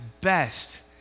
best